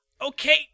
Okay